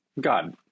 God